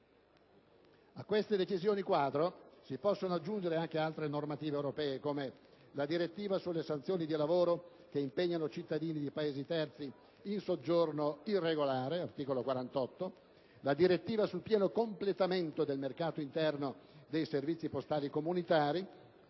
A tali decisioni quadro si possono aggiungere anche altre normative europee, come la direttiva sulle sanzioni ai datori di lavoro che impegnano cittadini di Paesi terzi in soggiorno irregolare (articolo 48), la direttiva sul pieno completamento del mercato interno dei servizi postali comunitari,